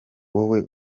wowe